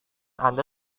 anda